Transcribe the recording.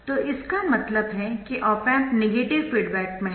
तो इसका मतलब है कि ऑप एम्प नेगेटिव फीडबैक में है